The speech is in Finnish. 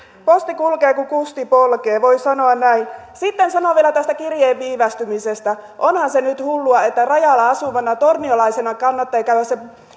posti kulkee kun kusti polkee voi sanoa näin sitten sanon vielä tästä kirjeen viivästymisestä onhan se nyt hullua että rajalla asuvana torniolaisena kannattaa käydä se